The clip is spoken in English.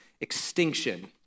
extinction